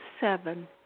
seven